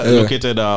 located